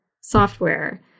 software